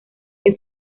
que